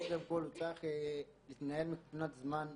קודם כל הוא צריך להתנהל כמו שצריך מבחינת זמן.